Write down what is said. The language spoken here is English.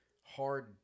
hard